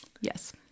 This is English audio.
Yes